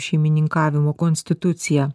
šeimininkavimo konstituciją